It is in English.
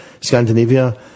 scandinavia